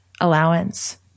allowance